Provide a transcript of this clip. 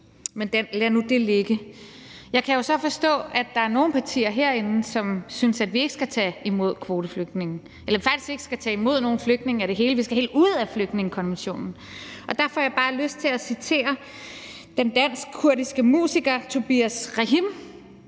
Men lad nu det ligge. Jeg kan så forstå, at der er nogle partier herinde, som synes, at vi ikke skal tage imod kvoteflygtninge, eller faktisk ikke tage imod nogen flygtninge i det hele taget, og at vi skal helt ud af flygtningekonventionen. Derfor har bare lyst til at citere den dansk-kurdiske musiker Tobias Rahim,